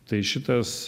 tai šitas